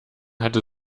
hatte